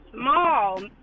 Small